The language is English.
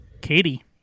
Katie